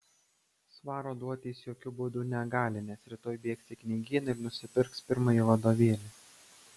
svaro duoti jis jokiu būdu negali nes rytoj bėgs į knygyną ir nusipirks pirmąjį vadovėlį